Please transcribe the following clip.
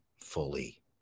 fully